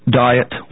diet